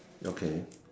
okay